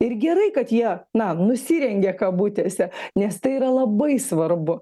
ir gerai kad jie na nusirengė kabutėse nes tai yra labai svarbu